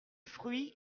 fruits